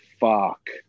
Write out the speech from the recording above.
fuck